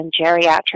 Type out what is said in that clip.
geriatric